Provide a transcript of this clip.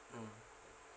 mm